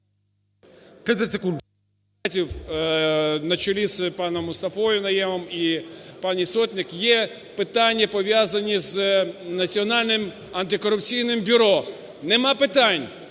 на чолі з паном Мустафою Найємом і пані Сотник є питання, пов'язані з Національним антикорупційним бюро. Нема питань.